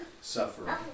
suffering